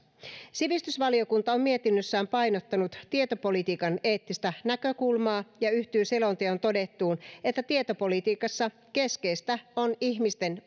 sivistysvaliokunta on mietinnössään painottanut tietopolitiikan eettistä näkökulmaa ja yhtyy selonteossa todettuun että tietopolitiikassa keskeistä on ihmisten